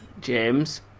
James